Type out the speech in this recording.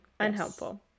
unhelpful